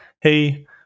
hey